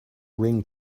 ring